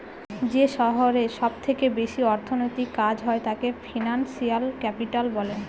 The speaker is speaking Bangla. যে শহরে সব থেকে বেশি অর্থনৈতিক কাজ হয় তাকে ফিনান্সিয়াল ক্যাপিটাল বলে